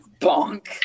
Bonk